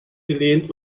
gelehnt